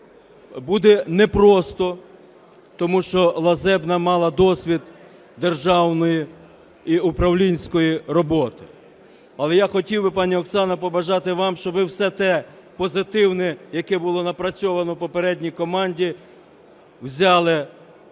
буде непросто, тому що Лазебна мала досвід державної і управлінської роботи. Але я хотів би, пані Оксано, побажати вам, щоб ви все те позитивне, яке було напрацьовано в попередній команді, взяли на